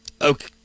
Okay